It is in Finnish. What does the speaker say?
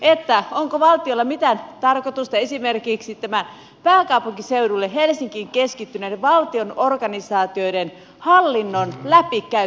onko valtiolla mitään tarkoitusta esimerkiksi tänne pääkaupunkiseudulle helsinkiin keskittyneiden valtion organisaatioiden hallinnon läpikäymisessä